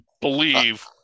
believe –